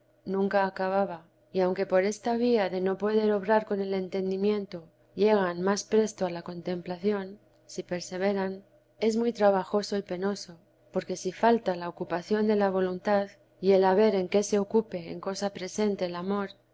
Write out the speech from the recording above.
nunca acababa y aunque por esta vía de no poder obrar con el entendimiento llegan más presto a la contemplación si perseveran es muy traba vida de i a sama madre joso y penoso porque si falta la ocupación de la voluntad y el haber en que se ocupe en cosa presente el amor